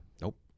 nope